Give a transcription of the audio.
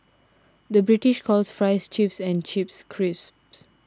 the British calls Fries Chips and Chips Crisps